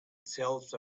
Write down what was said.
itself